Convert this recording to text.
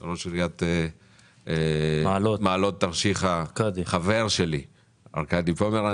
את ראש עיריית מעלות תרשיחא חבר שלי ארקדי פומרנץ,